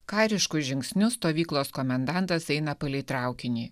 karišku žingsniu stovyklos komendantas eina palei traukinį